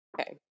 Okay